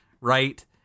right